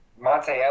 Monte